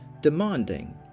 demanding